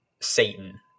Satan